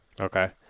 Okay